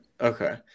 Okay